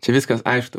čia viskas aišku